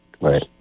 Right